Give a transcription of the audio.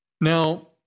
Now